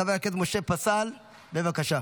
חבר הכנסת משה פסל, בבקשה.